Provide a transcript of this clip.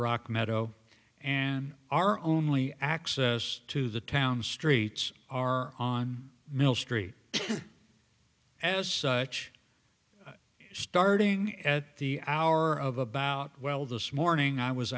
rock meadow and are only access to the town streets are on mill street as much starting at the hour of about well this morning i was